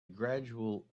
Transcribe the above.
gradual